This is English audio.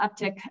uptick